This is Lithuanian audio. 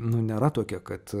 nu nėra tokia kad